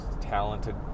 talented